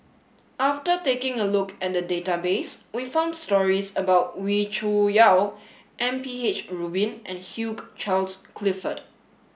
after taking a look at the database we found stories about Wee Cho Yaw M P H Rubin and Hugh Charles Clifford